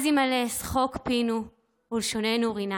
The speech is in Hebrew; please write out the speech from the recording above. אז ימלא שחוק פינו ולשוננו רנה.